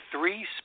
three